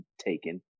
taken